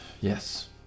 Yes